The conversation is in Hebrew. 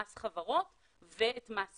מס חברות ואת מס ששינסקי.